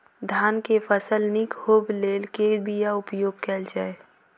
धान केँ फसल निक होब लेल केँ बीया उपयोग कैल जाय?